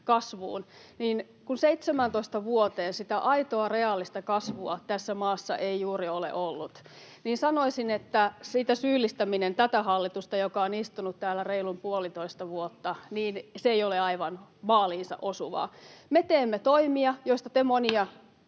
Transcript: kasvuun, niin kun 17 vuoteen sitä aitoa, reaalista kasvua tässä maassa ei juuri ole ollut, niin sanoisin, että siitä tämän hallituksen syyllistäminen, joka on istunut täällä reilut puolitoista vuotta, ei ole aivan maaliinsa osuvaa. Me teemme toimia, joista te monia